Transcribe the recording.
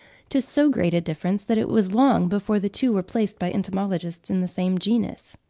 to so great a difference that it was long before the two were placed by entomologists in the same genus.